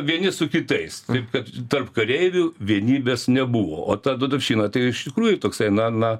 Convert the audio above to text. vieni su kitais taip kad tarp kareivių vienybės nebuvo o ta dedovščina tai iš tikrųjų toksai na na